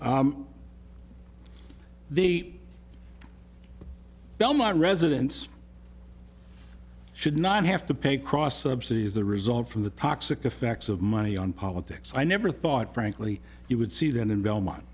the belmont residents should not have to pay cross subsidies the result from the toxic effects of money on politics i never thought frankly you would see that in belmont